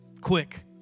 quick